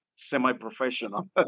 Semi-professional